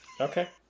okay